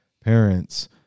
parents